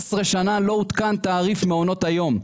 12 שנה לא עודכן תעריף מעונות היום.